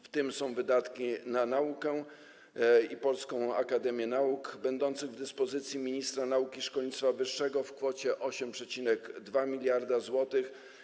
W tym są wydatki na naukę i Polską Akademię Nauk będące w dyspozycji ministra nauki i szkolnictwa wyższego w kwocie 8,2 mld zł.